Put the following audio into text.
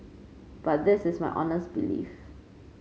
but this is my honest belief